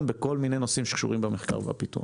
בכל מיני נושאים שקשורים במחקר והפיתוח.